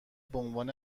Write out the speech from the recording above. بعنوان